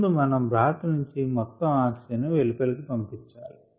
ముందు మనం బ్రాత్ నుంచి మొత్తం ఆక్సిజన్ ను వెలుపలికి పంపించాలి